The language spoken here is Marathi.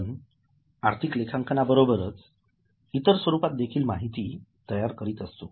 आपण आर्थिक लेखांकना बरोबरच इतर स्वरूपात देखील माहिती तयार करीत असतो